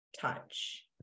touch